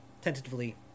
tentatively